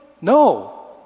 No